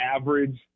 average